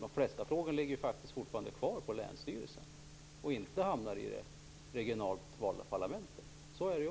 De flesta frågorna ligger kvar på länsstyrelsen och hamnar inte i det regionalt valda parlamentet.